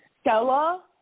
Stella